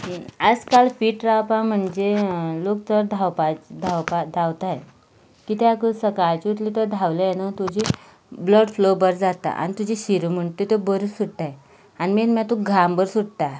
आयज काल फीट रावपाक म्हणजे लोक चड धांवपाचें धांवतात कित्याक सकाळचे तर धांवले न्हय तुजें ब्लड फ्लो बरें जाता आनी तुज्यो शिरो म्हणटात त्यो बऱ्यो सुट्टात आनी मेन म्हणल्यार तुका घाम बरो सुट्टा